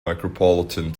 micropolitan